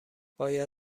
باید